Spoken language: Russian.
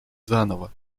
заново